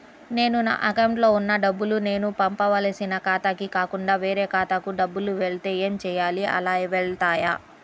నేను నా అకౌంట్లో వున్న డబ్బులు నేను పంపవలసిన ఖాతాకి కాకుండా వేరే ఖాతాకు డబ్బులు వెళ్తే ఏంచేయాలి? అలా వెళ్తాయా?